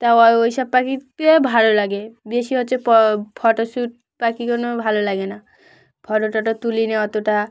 তা ও ওইসব পাখিকে ভালো লাগে বেশি হচ্ছে ফ ফটোশ্যুট পাখি কোনো ভালো লাগে না ফটো টটো তুলিনি অতটা